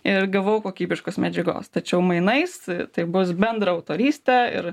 ir gavau kokybiškos medžiagos tačiau mainais tai bus bendra autorystė ir